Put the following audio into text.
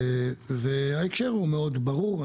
ההקשר הוא מאוד ברור.